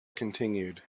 continued